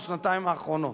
בשנתיים האחרונות.